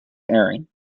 airing